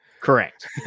Correct